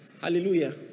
Hallelujah